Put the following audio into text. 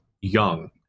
young